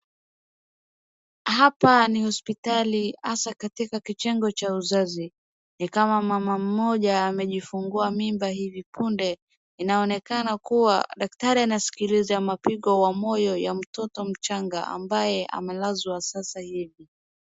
Hapa ni hospitali hasa katika kitengo cha uzazi. Ni kama mama mmoja amejifungua mimba hivi punde, Inaonekana kuwa daktari anasikiliza mapigo wa moyo ya mtoto mchanga ambaye amelazwa sasa hivi.